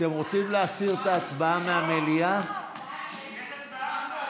הצעת השרה הייתה להסיר מסדר-היום.